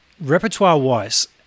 repertoire-wise